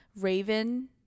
Raven